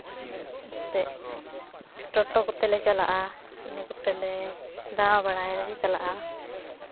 ᱵᱟᱝ ᱠᱷᱟᱡ ᱫᱚ ᱴᱳᱴᱳ ᱠᱚᱛᱮ ᱞᱮ ᱪᱟᱞᱟᱜᱼᱟ ᱤᱱᱟᱹ ᱠᱚᱛᱮ ᱞᱮ ᱫᱟᱬᱟ ᱵᱟᱲᱟᱭ ᱞᱮ ᱪᱟᱞᱟᱜᱼᱟ